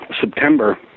September